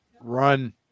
Run